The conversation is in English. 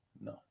No